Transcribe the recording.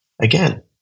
again